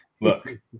Look